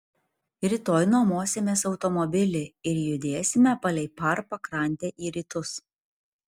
rytoj nuomosimės automobilį ir judėsime palei par pakrantę į rytus